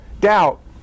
doubt